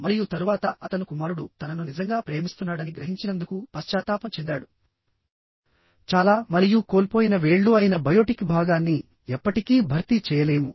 మరియు తరువాత అతను కుమారుడు తనను నిజంగా ప్రేమిస్తున్నాడని గ్రహించినందుకు పశ్చాత్తాపం చెందాడు చాలా మరియు కోల్పోయిన వేళ్లు అయిన బయోటిక్ భాగాన్ని ఎప్పటికీ భర్తీ చేయలేము